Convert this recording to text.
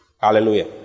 Hallelujah